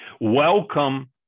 Welcome